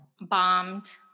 bombed